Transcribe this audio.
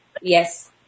Yes